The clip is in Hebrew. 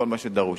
כל מה שדרוש.